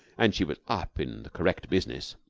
and she was up in the correct business.